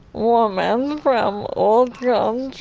woman from old yeah um